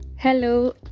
hello